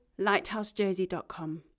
LighthouseJersey.com